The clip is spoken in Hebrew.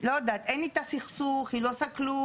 לא יודעת, אין את הסכסוך, היא לא עושה כלום.